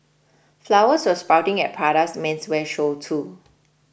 flowers were sprouting at Prada's menswear show too